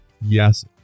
yes